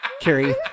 Carrie